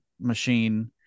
machine